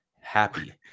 happy